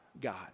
God